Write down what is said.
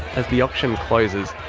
as the auction closes,